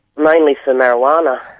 mainly for marijuana.